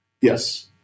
Yes